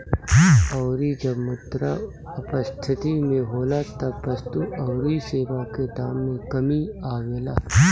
अउरी जब मुद्रा अपस्थिति में होला तब वस्तु अउरी सेवा के दाम में कमी आवेला